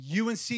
UNC